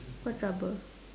what rubber